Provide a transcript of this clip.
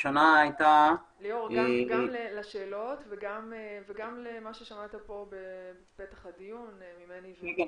גם לשאלות וגם למה ששמעת בפתח הדיון ממני ומנורית.